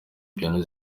piano